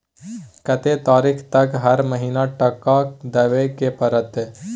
कत्ते तारीख तक हर महीना टका देबै के परतै?